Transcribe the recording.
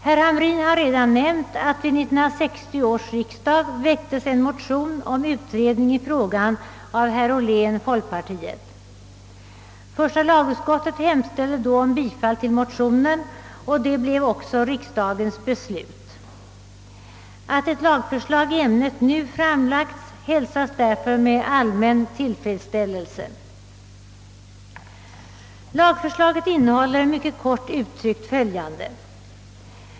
Herr Hamrin i Jönköping har redan nämnt att vid 1960 års riksdag en motion om utredning av frågan väcktes av herr Ollén från folkpartiet. Första lagutskottet hemställde då om bifall till motionen, och detta blev också riksdagens beslut. Att ett lagförslag i ämnet nu framlagts hälsas därför med allmän tillfredsställelse. Lagförslaget innehåller, mycket kort uttryckt, följande.